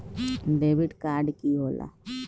Debit card की होला?